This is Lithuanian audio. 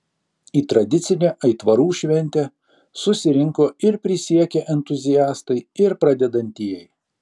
į tradicinę aitvarų šventę susirinko ir prisiekę entuziastai ir pradedantieji